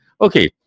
Okay